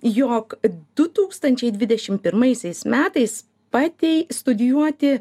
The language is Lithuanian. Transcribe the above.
jog du tūkstančiai dvidešimt pirmaisiais metais patei studijuoti